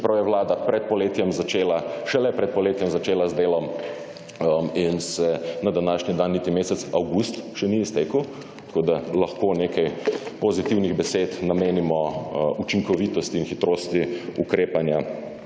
čeprav je vlada šele pred poletjem začela z delom in se na današnji dan niti mesec avgust še ni iztekel. Tako, da lahko nekaj pozitivnih besed namenimo učinkovitosti in hitrosti ukrepanja